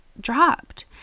dropped